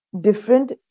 different